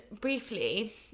briefly